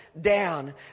down